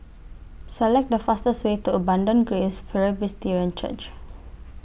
Select The fastest Way to Abundant Grace Presbyterian Church